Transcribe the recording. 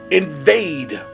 invade